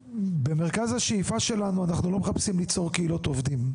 במרכז השאיפה שלנו אנחנו לא מחפשים ליצור קהילות עובדים.